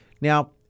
Now